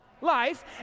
Life